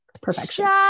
perfection